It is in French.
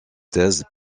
thèse